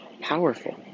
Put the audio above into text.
powerful